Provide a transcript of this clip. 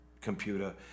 computer